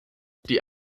die